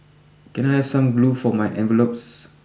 can I have some glue for my envelopes